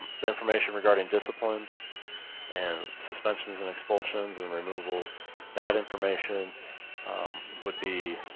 the information regarding discipline and suspensions and expulsions and removals that information would be